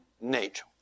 nature